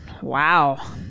Wow